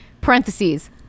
parentheses